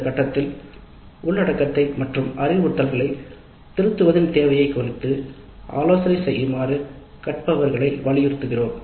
இந்த கட்டத்தில் நாங்கள் உள்ளடக்கத்தை திருத்துவதை குறித்து ஆலோசனை செய்கிறோம்